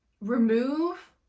Remove